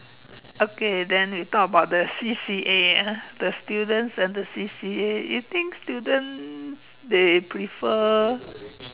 okay then we talk about the C_C_A ah the students and the C_C_A you think students they prefer